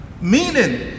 Meaning